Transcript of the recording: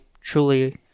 truly